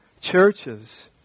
churches